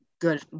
good